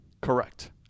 Correct